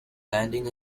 landing